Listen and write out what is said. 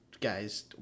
guys